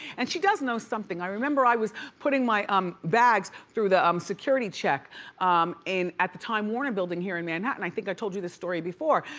and she does know something. i remember i was putting my um bags through the um security check um at the time warner building here in manhattan. i think i told you this story before.